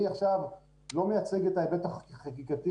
אני עכשיו לא מייצג את ההיבט החקיקתי,